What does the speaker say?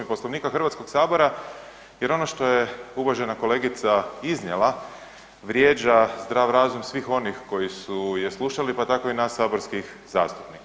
Poslovnika Hrvatskog sabora jer ono što je uvažena kolegica iznijela, vrijeđa zdrav razum svih onih koji su je slušali pa tako i nas saborskih zastupnika.